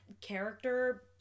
character